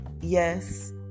yes